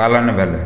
पालन बने